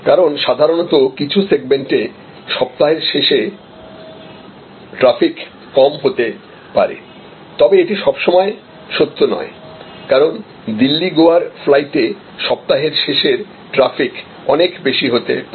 কারণ সাধারণত কিছু সেগমেন্টে সপ্তাহের শেষে ট্র্যাফিক কম হতে পারে তবে এটি সবসময় সত্য নয় কারণ দিল্লী গোয়ার ফ্লাইটে সপ্তাহের শেষের ট্র্যাফিক অনেক বেশি হতে পারে